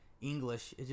English